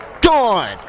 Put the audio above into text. gone